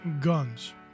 guns